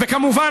וכמובן,